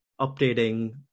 updating